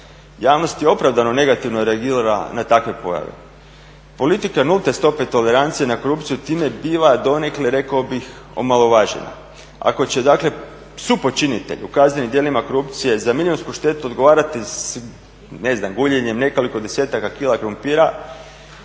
Javnost je opravdano negativno reagirala na takve pojave. Politika nulte stope tolerancije na korupciju je time bila donekle rekao bih omalovažena. Ako će dakle supočinitelj u kaznenim djelima korupcije za milijunsku štetu odgovarati ne znam guljenjem nekoliko desetaka kila krumpira